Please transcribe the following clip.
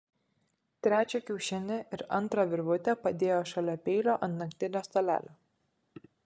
trečią kiaušinį ir antrą virvutę padėjo šalia peilio ant naktinio stalelio